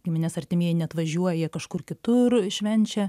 giminės artimieji neatvažiuoja jie kažkur kitur švenčia